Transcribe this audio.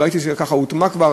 וראיתי שככה הוטמע כבר,